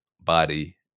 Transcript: body